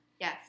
Yes